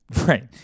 right